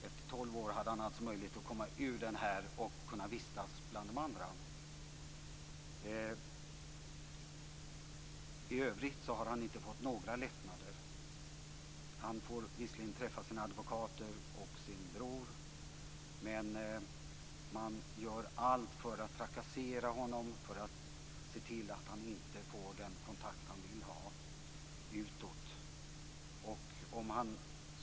Efter tolv år fick han alltså möjlighet att komma ut ur cellen och få vistas bland de andra. I övrigt har han inte fått några lättnader. Han får visserligen träffa sina advokater och sin bror, men man gör allt för att trakassera honom och se till att han inte får den kontakt utåt som han vill ha.